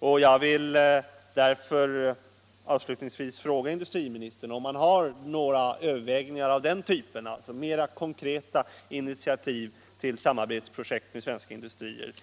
Jag vill därför avslutningsvis fråga industriministern om man inom regeringen överväger mera konkreta initiativ till samarbetsprojekt med svenska industrier.